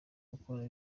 gukora